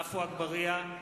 עפו אגבאריה,